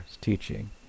teaching